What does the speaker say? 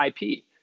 IP